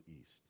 East